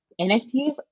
NFTs